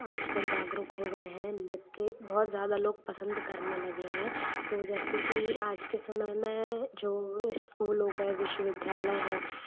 आजकल जागरूक हो गए हैं नृत्य बहुत ज़्यादा लोग पसंद करने लगे हैं तो जैसे कि आज के समय में जो स्कूलों के विश्वविद्यालय हैं